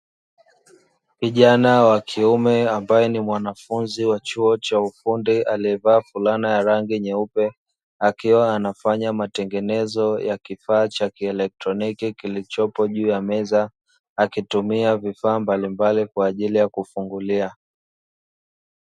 Kijana wa kiume ambaye ni mwanafunzi wa chuo cha ufundi aliyevaa fulana ya rangi nyeupe akiwa anafanya matengenezo ya kifaa cha kielektroniki kilichopo juu ya meza akitumia vifaa mbalimbali kwa ajili ya kufungulia.